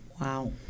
Wow